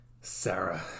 Sarah